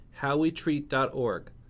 howwetreat.org